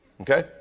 okay